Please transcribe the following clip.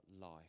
life